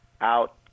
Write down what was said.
out